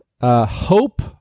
hope